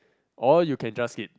or you can just skip